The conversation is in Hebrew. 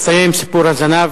הסתיים סיפור הזנב.